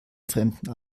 fremden